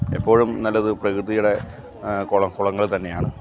എപ്പോഴും നല്ലത് പ്രകൃതിയുടെ കുളം കുളങ്ങൾ തന്നെയാണ്